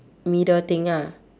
middle thing ah